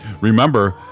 remember